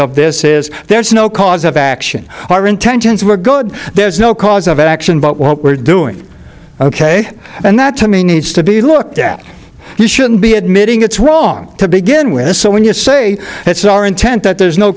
of this is there's no cause of action our intentions were good there's no cause of action but what we're doing ok and that to me needs to be looked at you shouldn't be admitting it's wrong to begin with so when you say it's our intent that there's no